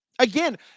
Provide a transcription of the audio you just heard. Again